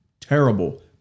terrible